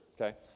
okay